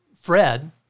fred